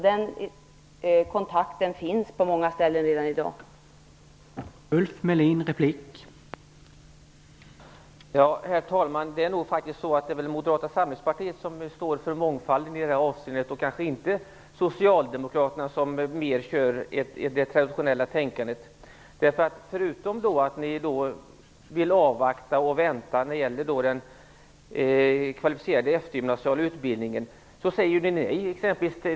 Den kontakten finns alltså redan i dag på många ställen.